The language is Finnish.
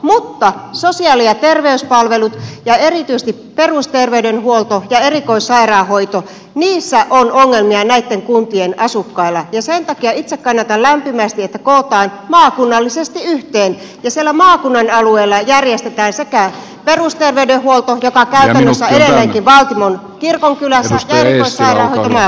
mutta sosiaali ja terveyspalveluissa ja erityisesti perusterveydenhuollossa ja erikoissairaanhoidossa on ongelmia näitten kuntien asukkailla ja sen takia itse kannatan lämpimästi että kootaan nämä maakunnallisesti yhteen ja siellä maakunnan alueella järjestetään perusterveydenhuolto joka käytännössä edelleenkin on esimerkiksi valtimon kirkonkylässä ja erikoissairaanhoito tulee maakunnalle